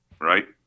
right